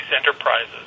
enterprises